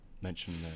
mentioned